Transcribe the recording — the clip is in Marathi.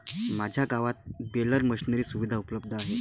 माझ्या गावात बेलर मशिनरी सुविधा उपलब्ध आहे